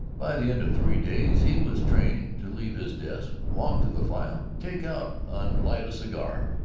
by the end of three days he was trained to leave his desk, walk to the file, take out and light a cigar,